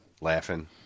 Laughing